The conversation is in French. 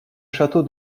château